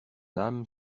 âme